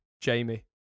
Jamie